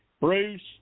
Bruce